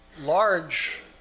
large